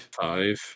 Five